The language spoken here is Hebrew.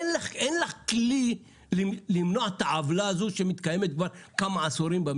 איך לך כלי למנוע את העוולה הזו שמתקיימת כבר כמה עשורים במדינה.